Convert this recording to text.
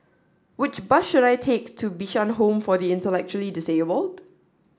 which bus should I take to Bishan Home for the Intellectually Disabled